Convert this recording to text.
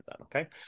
okay